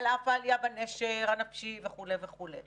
על אף העלייה בנשר הנפשי וכו' וכו'.